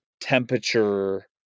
temperature